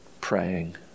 praying